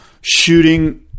shooting